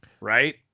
right